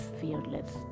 fearless